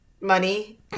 money